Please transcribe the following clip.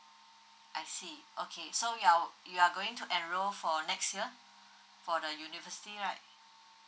I see okay so you're you're going to enrol for next year for the university right